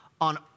on